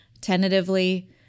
tentatively